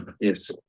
yes